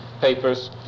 papers